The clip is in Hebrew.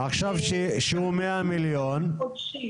עכשיו שזה 100 מיליון שקל, כמה משפחות